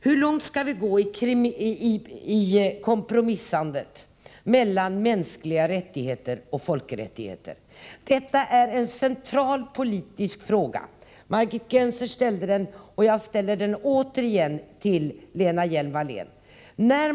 Hur långt skall vi gå i kompromissandet mellan mänskliga rättigheter och folkrättigheter? — Detta är en central politisk fråga. Margit Gennser ställde den, och jag ställer den återigen till Lena Hjelm-Wallén.